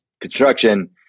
construction